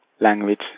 language